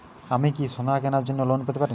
আমি কি সোনা কেনার জন্য লোন পেতে পারি?